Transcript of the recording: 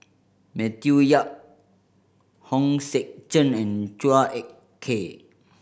Matthew Yap Hong Sek Chern and Chua Ek Kay